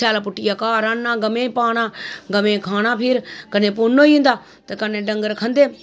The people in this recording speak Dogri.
स्याला पुट्टियै घर आह्न्ना गवें गी पाना गवें खाना फिर कन्ने पुन्न होई जंदा ते कन्ने डंगर खंदे